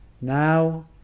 now